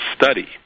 study